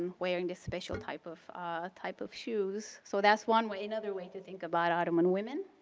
wearing this special type of ah type of shoes. so, that's one way, another way to think about ottoman women.